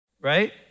Right